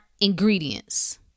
ingredients